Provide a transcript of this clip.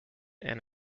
and